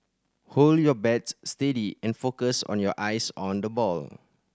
hold your bats steady and focus your eyes on the ball